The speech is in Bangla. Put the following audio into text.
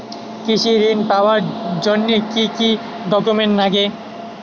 কৃষি ঋণ পাবার জন্যে কি কি ডকুমেন্ট নাগে?